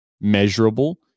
measurable